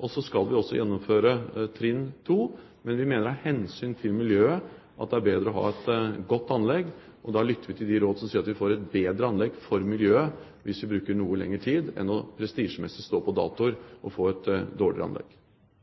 Så skal vi også gjennomføre trinn 2, men vi mener at av hensyn til miljøet er det bedre å ha et godt anlegg. Da lytter vi til de råd som sier at vi får et bedre anlegg for miljøet hvis vi bruker noe lengre tid, heller enn prestisjemessig å stå på datoer og få et dårligere anlegg.